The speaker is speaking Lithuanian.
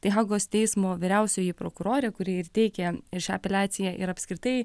tai hagos teismo vyriausioji prokurorė kuri ir teikia ir šią apeliaciją ir apskritai